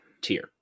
tier